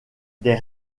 des